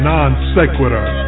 Non-Sequitur